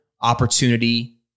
opportunity